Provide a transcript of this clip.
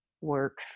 work